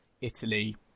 Italy